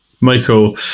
Michael